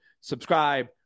subscribe